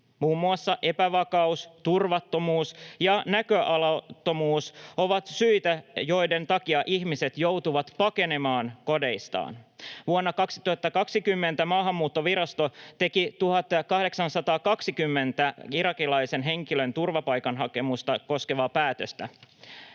Muun muassa epävakaus, turvattomuus ja näköalattomuus ovat syitä, joiden takia ihmiset joutuvat pakenemaan kodeistaan. Vuonna 2020 Maahanmuuttovirasto teki 1 820 irakilaisen henkilön turvapaikkahakemusta koskevaa päätöstä.